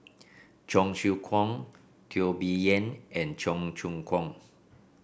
Cheong Siew Keong Teo Bee Yen and Cheong Choong Kong